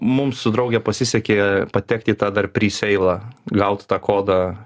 mum su drauge pasisekė patekti į tą dar pri seilą gaut tą kodą